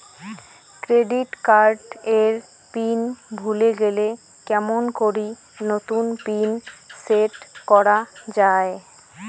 Credit card এর pin ভুলে গেলে কেমন করি নতুন পিন সেট করা য়ায়?